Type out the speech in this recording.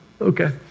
Okay